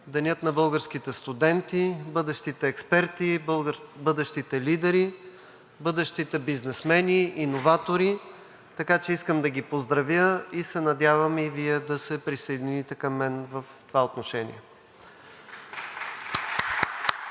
Денят на българските студенти – бъдещите експерти, бъдещите лидери, бъдещите бизнесмени, иноватори, така че искам да ги поздравя и се надявам и Вие да се присъдените към мен в това отношение.